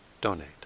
donate